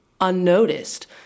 unnoticed